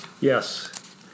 Yes